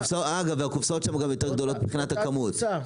אגב, והקופסאות שם גם יותר גדולות מבחינת הכמות.